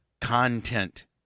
content